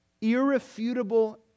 irrefutable